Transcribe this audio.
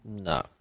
No